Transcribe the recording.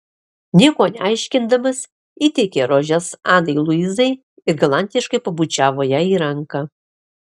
nieko neaiškindamas įteikė rožes anai luizai ir galantiškai pabučiavo jai ranką